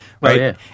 right